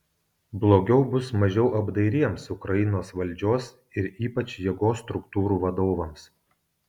blogiau bus mažiau apdairiems ukrainos valdžios ir ypač jėgos struktūrų vadovams